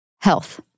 Health